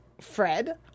Fred